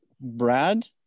Brad